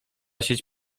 sieć